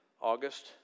August